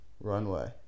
runway